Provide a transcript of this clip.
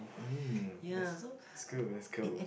mm that's that's cool that's cool